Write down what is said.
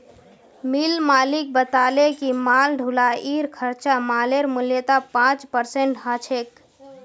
मिल मालिक बताले कि माल ढुलाईर खर्चा मालेर मूल्यत पाँच परसेंट ह छेक